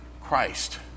Christ